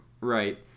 Right